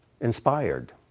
inspired